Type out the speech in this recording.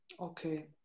Okay